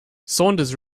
saunders